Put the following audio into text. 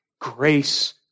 Grace